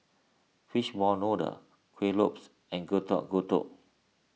Fishball Noodle Kuih Lopes and Getuk Getuk